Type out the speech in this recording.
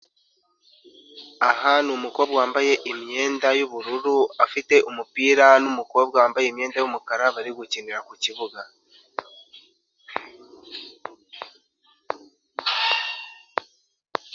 Aha ni umukobwa wambaye imyenda yubururu afite umupira n'umukobwa wambaye imyenda y'umukara bari gukinira ku kibuga.